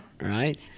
right